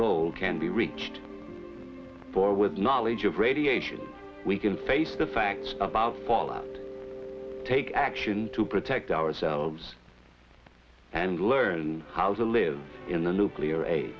goal can be reached for with knowledge of radiation we can face the facts about fallout take action to protect ourselves and learn how to live in the nuclear a